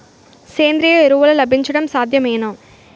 సేంద్రీయ ఎరువులు లభించడం సాధ్యమేనా?